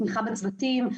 תמיכה בצוותים.